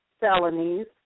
felonies